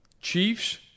Chiefs